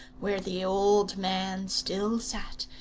where the old man still sat,